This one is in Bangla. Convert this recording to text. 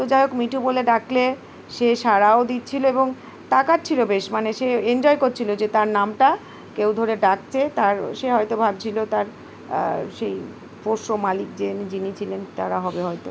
তো যাই হোক মিঠু বলে ডাকলে সে সাড়াও দিচ্ছিলো এবং তাকাচ্ছিল বেশ মানে সে এনজয় করছিলো যে তার নামটা কেউ ধরে ডাকছে তার সে হয়তো ভাবছিলো তার সেই পোষ্য মালিক যিনি যিনি ছিলেন তারা হবে হয়তো